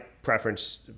preference